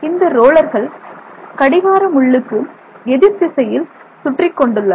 இந்த ரோலர்கள் கடிகார முள்ளுக்கு எதிர்திசையில் சுற்றிக்கொண்டு உள்ளன